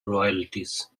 royalties